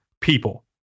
people